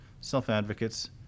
self-advocates